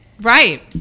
Right